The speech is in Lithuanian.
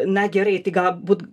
na gerai tai galbūt